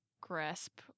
grasp